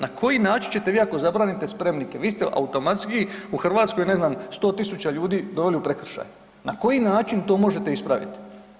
Na koji način ćete vi ako zabranite spremnike, vi ste automatski u Hrvatskoj, ne znam, 100 000 ljudi doveli u prekršaj, na koji način to možete ispravit?